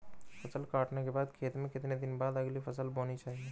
फसल काटने के बाद खेत में कितने दिन बाद अगली फसल बोनी चाहिये?